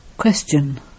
Question